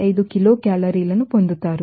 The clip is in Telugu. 25 కిలోకేలరీలను పొందుతారు